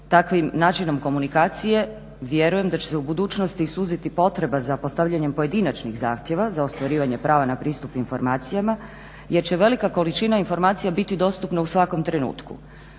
Takvim načinom komunikacije vjerujem da će se u budućnosti suziti potreba za postavljanjem pojedinačnih zahtjeva za ostvarivanje prava na pristup informacijama jer će velika količina informacija biti dostupna u svakom trenutku.